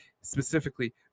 specifically